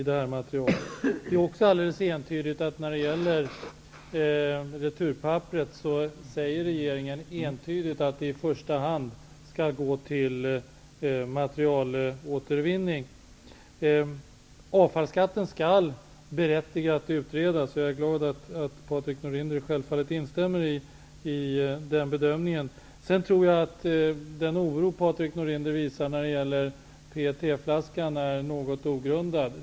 Det är också alldeles entydigt att regeringen anser att returpapper i första hand skall gå till materialåtervinning. Avfallsskatten skall utredas. Jag är glad att Patrik Norinder instämmer i den bedömningen. Den oro som Patrik Norinder visar när det gäller PET flaskan är något ogrundad.